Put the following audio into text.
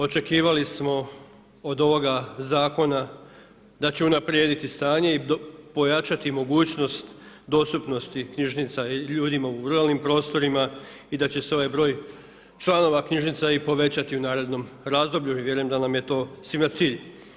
Očekivali smo od ovoga Zakona da će unaprijediti stanje i pojačati mogućnost dostupnosti knjižnica i ljudima u ruralnim prostorima i da će se ovaj broj članova knjižnica i povećati u narednom razdoblju i vjerujem da nam je to svima cilj.